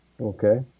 Okay